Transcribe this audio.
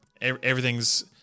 everything's